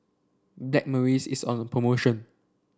Blackmores is on promotion